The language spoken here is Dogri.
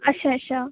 अच्छा अच्छा